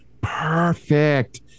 Perfect